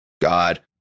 god